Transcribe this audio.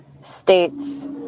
states